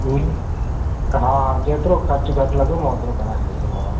हू न हा जेतिरो ख़र्चु घटि लॻो मां ओतिरो कराइ छ्ॾींदोमाव